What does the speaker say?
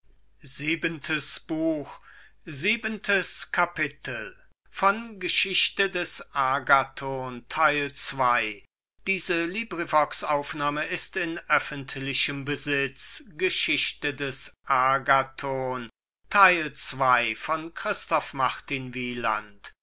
käufer des agathon